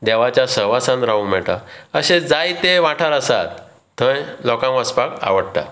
देवाच्या सहवासांत रावूंक मेळटा अशे जायते वाठार आसात थंय लोकांक वचपाक आवडटात